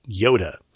Yoda